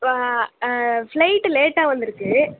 வ ஃப்ளைட்டு லேட்டாக வந்திருக்கு